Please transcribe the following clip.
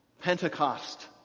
Pentecost